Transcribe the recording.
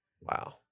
Wow